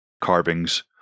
carvings